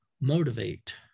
motivate